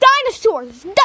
dinosaurs